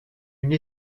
une